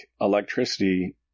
electricity